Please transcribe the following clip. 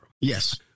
Yes